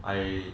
I